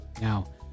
Now